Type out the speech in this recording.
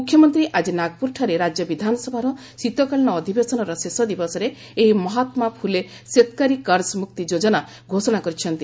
ମୁଖ୍ୟମନ୍ତ୍ରୀ ଆଜି ନାଗପ୍ରରଠାରେ ରାଜ୍ୟ ବିଧାନସଭାର ଶୀତକାଳୀନ ଅଧିବେଶନର ଶେଷ ଦିବସରେ ଏହି 'ମହାତ୍ମା ଫ୍ରଲେ ଶେତକରୀ କର୍କ ମୁକ୍ତି ଯୋଜନା' ଘୋଷଣା କରିଛନ୍ତି